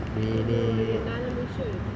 இன்னு ஒரு நாலு நிமிசம் இரு:innu oru naalu nimisam iru